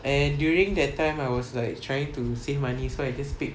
and during that time I was like trying to save money so I just pick